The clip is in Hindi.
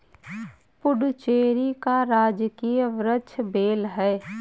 पुडुचेरी का राजकीय वृक्ष बेल है